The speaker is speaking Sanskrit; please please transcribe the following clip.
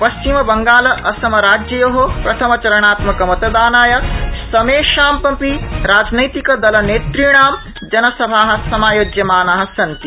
पथ्चिमबंगाल असमराज्ययो प्रथमचरणात्मकमतदानाय समेषामपि राजनैतिकदलनेतृणां जनसभा समायोज्यमाना सन्ति